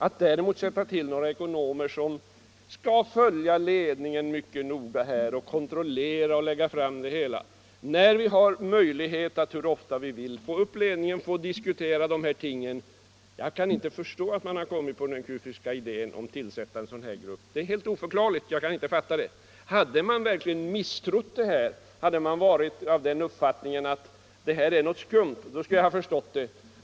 Att sätta till några ekonomer som skall följa ledningen mycket noga och kontrollera och komma med rapporter är något helt annat. Vi har ju möjlighet att sammanträffa med företagsledningen hur ofta vi vill och diskutera dessa ting. Jag förstår inte hur man har kunnat komma på den kufiska idéen att tillsätta en särskild kontrollgrupp. Hade man verkligen misstrott ledningen, hade man haft uppfattningen att här är det något skumt, då skulle jag ha förstått det.